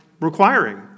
requiring